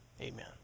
amen